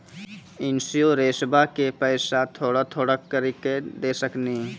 इंश्योरेंसबा के पैसा थोड़ा थोड़ा करके दे सकेनी?